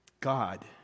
God